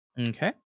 Okay